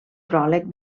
pròleg